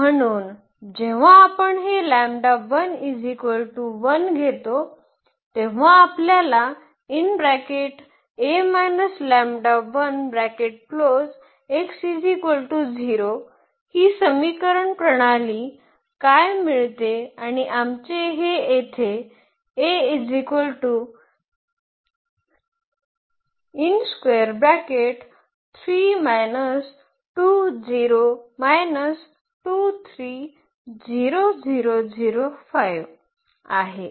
म्हणून जेव्हा आपण हे घेतो तेव्हा आपल्याला ही समीकरण प्रणाली काय मिळते आणि आमचे हे येथे आहे